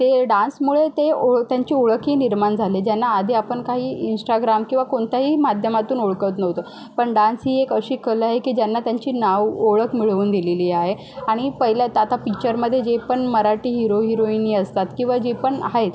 ते डान्समुळे ते ओळ त्यांची ओळखही निर्माण झाली ज्यांना आधी आपण काही इंश्टाग्राम किंवा कोणत्याही माध्यमातून ओळखत नव्हतो पण डान्स ही एक अशी कला आहे की ज्यांना त्यांची नाव ओळख मिळवून दिलेली आहे आणि पहिल्या आता पिचरमध्ये जे पण मराठी हिरो हिरोईनी असतात किंवा जे पण आहेत